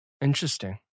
Interesting